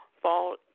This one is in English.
Fall